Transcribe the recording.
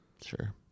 Sure